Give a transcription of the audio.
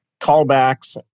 callbacks